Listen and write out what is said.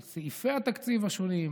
על סעיפי התקציב השונים,